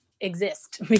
exist